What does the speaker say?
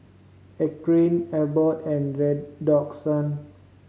Eucerin Abbott and Redoxon